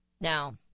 Now